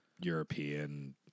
European